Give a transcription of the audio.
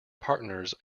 partners